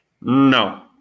No